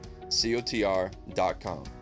cotr.com